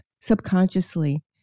subconsciously